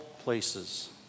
Places